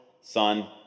Son